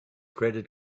credit